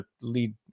lead